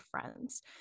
friends